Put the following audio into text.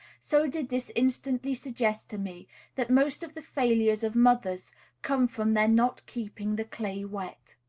so did this instantly suggest to me that most of the failures of mothers come from their not keeping the clay wet.